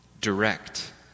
direct